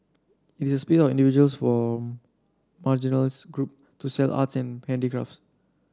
it is a individuals from marginals group to sell arts and handicrafts